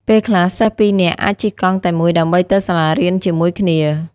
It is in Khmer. ពេលខ្លះសិស្សពីរនាក់អាចជិះកង់តែមួយដើម្បីទៅសាលារៀនជាមួយគ្នា។